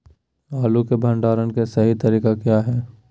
आलू के भंडारण के सही तरीका क्या है?